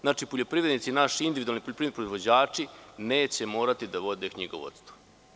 Znači, poljoprivrednici, naši individualni poljoprivredni proizvođači neće morati da vode knjigovodstvo.